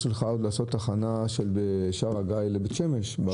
שלך לעשות תחנה של שער הגיא לבית שמש.